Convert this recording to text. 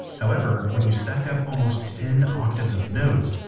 however, when you stack up almost ten octaves of notes,